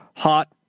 Hot